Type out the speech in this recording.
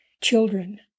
children